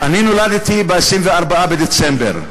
אני נולדתי ב-24 בדצמבר.